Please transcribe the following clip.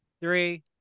three